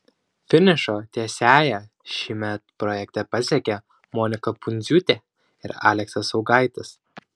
finišo tiesiąją šįmet projekte pasiekė monika pundziūtė ir aleksas augaitis